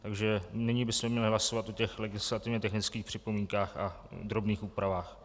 Takže nyní bychom měli hlasovat o těch legislativně technických připomínkách a drobných úpravách.